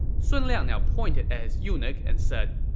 sun liang now pointed at his eunuch and said,